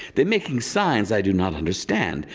they're making signs i do not understand.